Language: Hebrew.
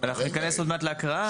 אנחנו נכנס עוד מעט להקראה.